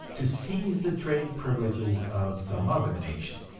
to seize the trade privileges of some other nation.